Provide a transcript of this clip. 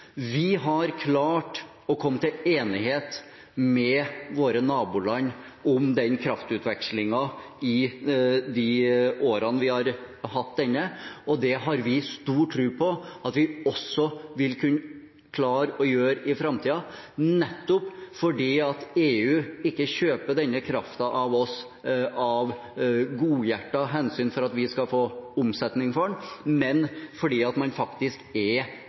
Vi har klart å komme til enighet med våre naboland om den kraftutvekslingen i de årene vi har hatt denne, og det har vi stor tro på at vi også vil kunne klare å få til i framtiden, nettopp fordi EU ikke kjøper denne kraften fra oss av godhjertede hensyn for at vi skal få omsetning av den, men fordi man faktisk er